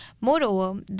Moreover